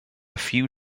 few